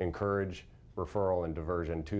encourage referral and diversion to